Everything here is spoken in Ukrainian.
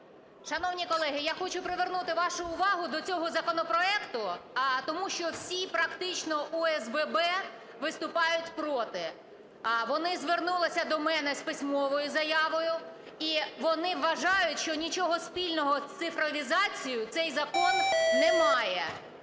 Шановні колеги, я хочу привернути вашу увагу до цього законопроекту, тому що всі практично ОСББ виступають проти. Вони звернулися до мене з письмовою заявою, і вони вважають, що нічого спільного з цифровізацією цей закон не має.